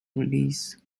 release